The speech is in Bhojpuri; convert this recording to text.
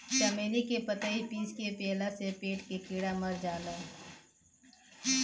चमेली के पतइ पीस के पियला से पेट के कीड़ा मर जाले